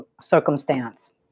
circumstance